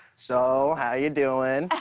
so how are you doing?